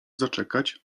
zaczekać